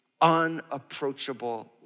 unapproachable